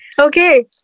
Okay